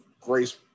Grace